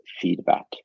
feedback